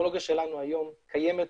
הטכנולוגיה שלנו היום קיימת,